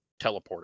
teleporter